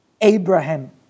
Abraham